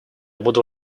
буду